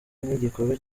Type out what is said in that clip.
nk’igikorwa